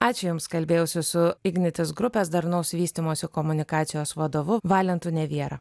ačiū jums kalbėjausi su ignitis grupės darnaus vystymosi komunikacijos vadovu valentu neviera